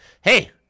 hey